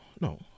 no